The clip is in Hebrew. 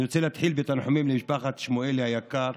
אני רוצה להתחיל בתנחומים למשפחת שמואלי היקרה